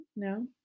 No